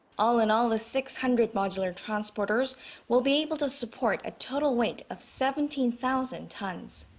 all in all, the six hundred modular transporters will be able to support a total weight of seventeen thousand tons.